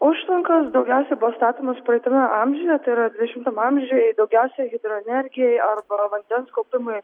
užtvankos daugiausiai buvo statomos praeitame amžiuje tai yra dvidešimtam amžiuj daugiausiai hidroenergijai arba vandens kaupimui